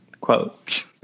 quote